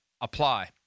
apply